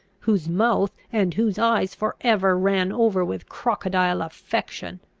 whose mouth and whose eyes for ever ran over with crocodile affection!